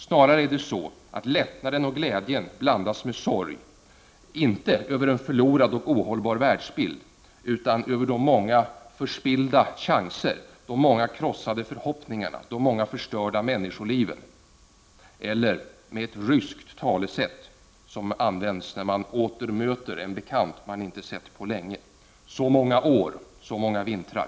Snarare är det så, att lättnaden och glädjen blandas med sorg, inte över en förlorad och ohållbar världsbild, utan över de många förspillda chanserna, de många krossade förhoppningarna och de många förstörda människoliven. Eller med ett ryskt talesätt, som används när man åter möter en bekant som man inte sett på länge: Så många år, så många vintrar!